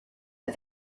but